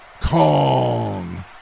Kong